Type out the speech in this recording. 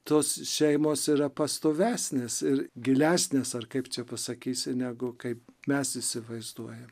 tos šeimos yra pastovesnės ir gilesnės ar kaip čia pasakysi negu kaip mes įsivaizduojam